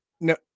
no